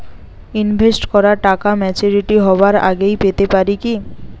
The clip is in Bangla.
ইনভেস্ট করা টাকা ম্যাচুরিটি হবার আগেই পেতে পারি কি?